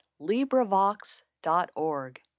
LibriVox.org